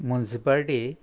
municipality